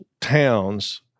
towns